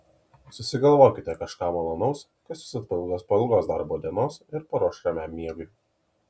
susigalvokite kažką malonaus kas jus atpalaiduos po ilgos darbo dienos ir paruoš ramiam miegui